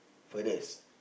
furthest